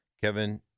Kevin